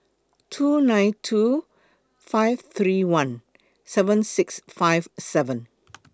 two nine two five three one seven six five seven